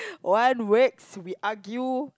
one weeks we argue